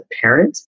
parent